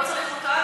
הוא לא צריך אותנו,